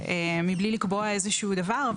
מבלי לקבוע איזשהו דבר,